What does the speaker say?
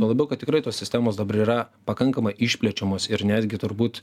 tuo labiau kad tikrai tos sistemos dabar yra pakankamai išplečiamos ir netgi turbūt